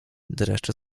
dreszcz